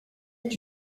est